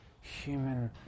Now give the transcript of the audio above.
human